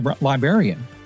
librarian